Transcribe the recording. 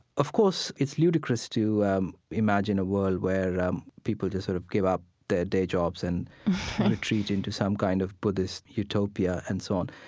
of course, it's ludicrous to imagine a world where um people just sort of give up their day jobs and retreat into some kind of buddhist utopia and so on.